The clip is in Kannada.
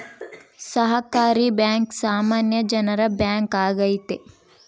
ಸಹಕಾರಿ ಬ್ಯಾಂಕ್ ಸಾಮಾನ್ಯ ಜನರ ಬ್ಯಾಂಕ್ ಆಗೈತೆ